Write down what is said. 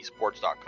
esports.com